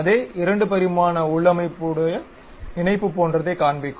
அதே 2 பரிமாண உள்ளமைவுடைய இணைப்பு போன்றதை காண்பிக்கும்